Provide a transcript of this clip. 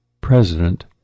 president